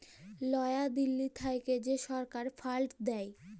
লয়া দিল্লী থ্যাইকে যে ছরকার ফাল্ড দেয়